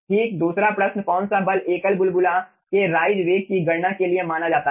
ठीक दूसरा प्रश्न कौन सा बल एक एकल बुलबुला के राइज वेग की गणना के लिए माना जाता है